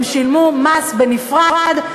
הם שילמו מס בנפרד,